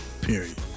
Period